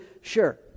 sure